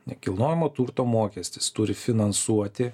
nekilnojamo turto mokestis turi finansuoti